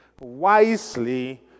wisely